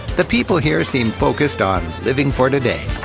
the people here seem focused on living for today.